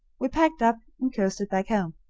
we packed up and coasted back home.